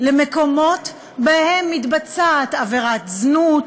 מקומות שבהם מתבצעות עבירת זנות,